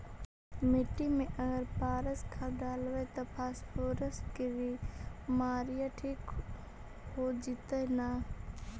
मिट्टी में अगर पारस खाद डालबै त फास्फोरस के माऋआ ठिक हो जितै न?